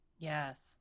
Yes